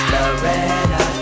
Loretta